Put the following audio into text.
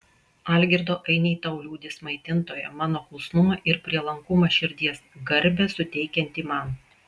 algirdo ainiai tau liudys maitintoja mano klusnumą ir prielankumą širdies garbę suteikiantį man